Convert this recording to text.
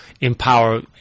empower